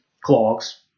clogs